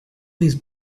these